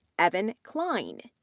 evan klein,